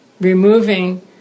removing